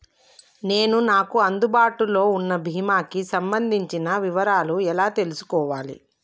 నేను నాకు అందుబాటులో ఉన్న బీమా కి సంబంధించిన వివరాలు ఎలా తెలుసుకోవాలి?